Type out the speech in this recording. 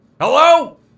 Hello